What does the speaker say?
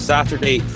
Saturday